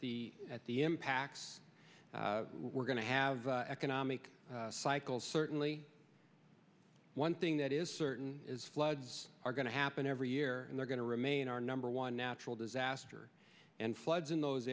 the at the impacts we're going to have economic cycles certainly one thing that is certain is floods are going to happen every year and they're going to remain our number one natural disaster and floods in those